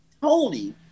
Tony